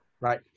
Right